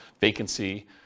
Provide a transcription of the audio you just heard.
vacancy